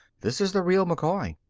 this is the real mccoy.